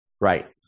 Right